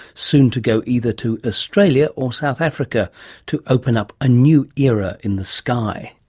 soon to go either to australia or south africa to open up a new era in the sky.